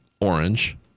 orange